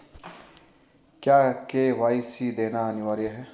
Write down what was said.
क्या के.वाई.सी देना अनिवार्य है?